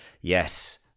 Yes